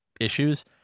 issues